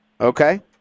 Okay